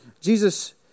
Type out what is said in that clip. Jesus